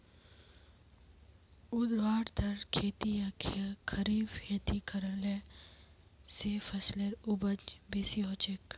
ऊर्ध्वाधर खेती या खड़ी खेती करले स फसलेर उपज बेसी हछेक